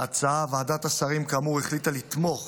כאמור, ועדת השרים החליטה לתמוך